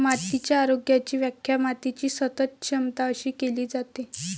मातीच्या आरोग्याची व्याख्या मातीची सतत क्षमता अशी केली जाते